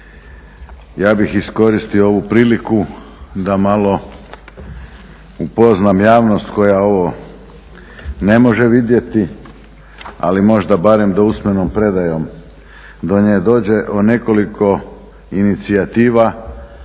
Ja bih iskoristio ovu priliku da malo upoznam javnost koja ovo ne može vidjeti, ali možda da barem usmenom predajom do nje dođe o nekoliko inicijativa